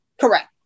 Correct